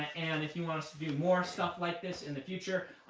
and if you want us to do more stuff like this in the future,